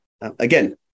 again